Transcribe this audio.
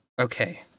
Okay